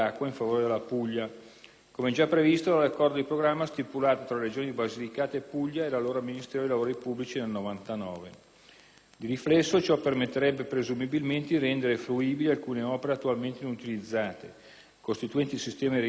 come già previsto nell'accordo di programma stipulato tra le Regioni Basilicata e Puglia e l'allora Ministero dei lavori pubblici nel 1999. Di riflesso ciò permetterebbe presumibilmente di rendere fruibili alcune opere attualmente inutilizzate costituenti il sistema di irrigazione del Salento